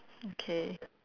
okay